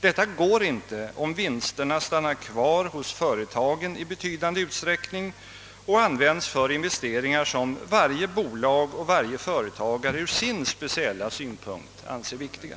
Detta går inte, om vinsterna stannar kvar hos företagen i betydande utsträckning och används för investeringar som varje bolag och varje företagare ur sin speciella synpunkt anser viktiga.